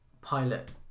pilot